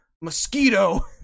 mosquito